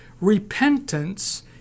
Repentance